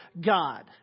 God